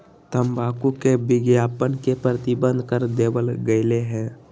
तंबाकू के विज्ञापन के प्रतिबंध कर देवल गयले है